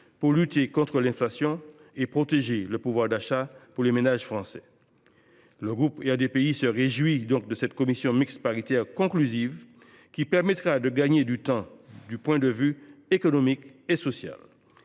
pour lutter contre l’inflation et protéger le pouvoir d’achat des ménages français. Le groupe RDPI se réjouit donc de cette commission mixte paritaire conclusive, qui permettra de gagner du temps du point de vue économique et social.